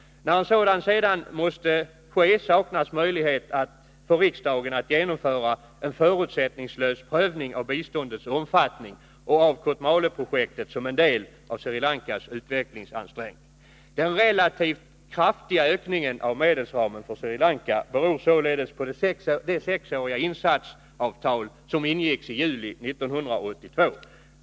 När en sådan därefter måste ske saknas möjlighet för riksdagen att genomföra en förutsättningslös prövning av biståndets omfattning och av Kotmaleprojektet som en del av Sri Lankas utvecklingsansträngning. Den relativt kraftiga ökningen av medelsramen för Sri Lanka beror således på det sexåriga insatsavtal som ingicks i juli 1982.